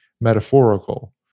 metaphorical